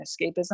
escapism